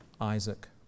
Isaac